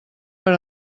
per